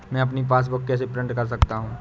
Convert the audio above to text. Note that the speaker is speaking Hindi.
मैं अपनी पासबुक कैसे प्रिंट कर सकता हूँ?